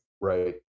Right